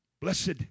Blessed